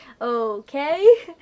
okay